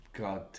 God